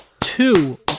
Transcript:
two